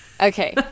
Okay